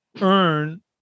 earn